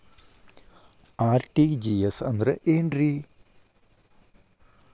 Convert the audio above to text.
RTGS ಅಂದ್ರ ಏನ್ರಿ?